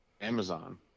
Amazon